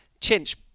Chinch